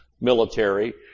military